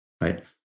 right